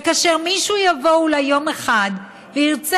וכאשר מישהו יבוא אולי יום אחד וירצה